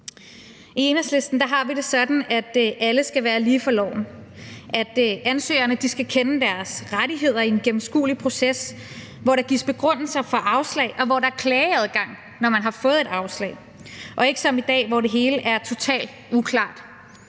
I Enhedslisten har vi det sådan, at alle skal være lige for loven, at ansøgerne skal kende deres rettigheder i en gennemskuelig proces, hvor der gives begrundelser for afslag, og hvor der er klageadgang, når man har fået et afslag, og ikke som i dag, hvor det hele er totalt uklart.